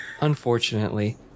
Unfortunately